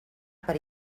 per